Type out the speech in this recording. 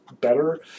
better